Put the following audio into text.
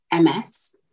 MS